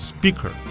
Speaker